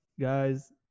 guys